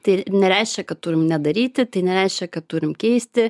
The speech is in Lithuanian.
tai nereiškia kad turim nedaryti tai nereiškia kad turim keisti